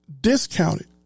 discounted